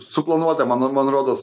suplanuota man man rodos